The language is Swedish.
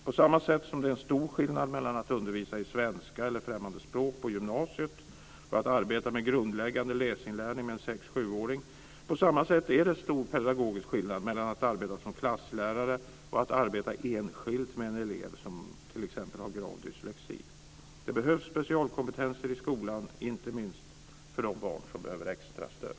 På samma sätt som det är en stor skillnad mellan att undervisa i svenska eller främmande språk på gymnasiet och att arbeta med grundläggande läsinlärning med en sex eller sjuåring, är det stor pedagogisk skillnad mellan att arbeta som klasslärare och att arbeta enskilt med en elev som t.ex. har grav dyslexi. Det behövs specialkompetenser i skolan, inte minst för de barn som behöver extra stöd.